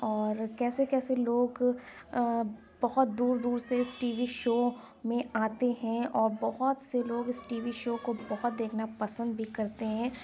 اور کیسے کیسے لوگ بہت دور دور سے اِس ٹی وی شو میں آتے ہیں اور بہت سے لوگ اِس ٹی وی شو کو بہت دیکھنا پسند بھی کرتے ہیں